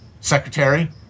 secretary